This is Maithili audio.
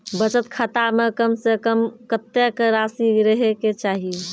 बचत खाता म कम से कम कत्तेक रासि रहे के चाहि?